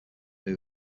than